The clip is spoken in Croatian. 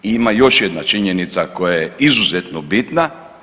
I ima još jedna činjenica koja je izuzetno bitna.